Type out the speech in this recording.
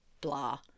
blah